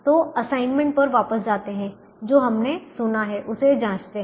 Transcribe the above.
तो असाइनमेंट पर वापस जाते हैं और जो हमने सुना है उसे जांचते हैं